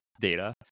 data